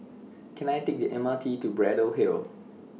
Can I Take The M R T to Braddell Hill